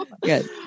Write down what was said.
Good